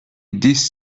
десять